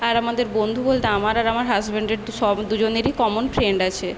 আর আমাদের বন্ধু বলতে আমার আর আমার হাসব্যান্ডের তো সব দুজনেরই কমন ফ্রেন্ড আছে